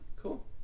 Cool